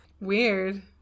Weird